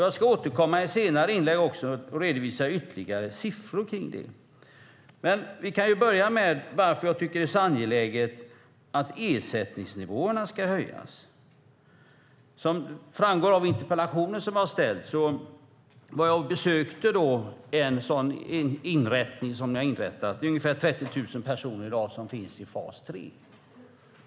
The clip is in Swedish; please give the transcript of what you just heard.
Jag ska återkomma i ett senare inlägg och redovisa ytterligare siffror på det. Men låt oss börja med varför jag tycker att det är så angeläget att ersättningsnivåerna ska höjas. Som framgår av den interpellation som jag har ställt besökte jag en sådan inrättning som ni har inrättat. I dag finns ungefär 30 000 personer i fas 3.